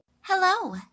hello